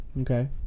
okay